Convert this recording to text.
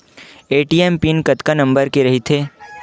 ATM PIN कतका number के रही थे?